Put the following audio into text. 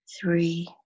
three